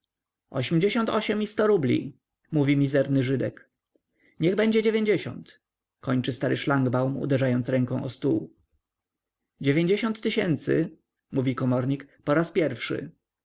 ośmdziesiąt ośm i sto rubli mówi mizerny żydek niech będzie dziewięćdziesiąt kończy stary szlangbaum uderzając ręką o stół dziewięćdziesiąt tysięcy mówi komornik po raz pierwszy